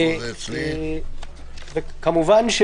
כמובן,